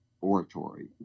oratory